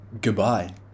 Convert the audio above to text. Goodbye